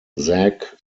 zak